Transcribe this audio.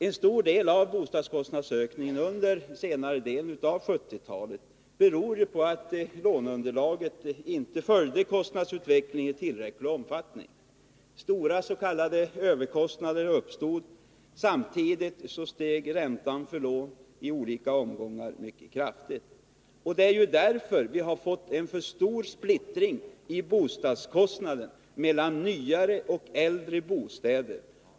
En stor del av bostadskostnadsökningen under senare delen av 1970-talet beror på att låneunderlaget inte följde kostnadsutvecklingen i tillräcklig omfattning. överkostnader uppstod. Samtidigt steg räntan för lån i olika omgångar mycket kraftigt. Därför har vi fått en för stor skillnad i bostadskostnaderna mellan nyare och äldre bostäder.